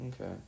Okay